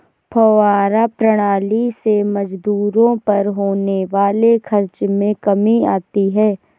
फौव्वारा प्रणाली से मजदूरों पर होने वाले खर्च में कमी आती है